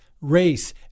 race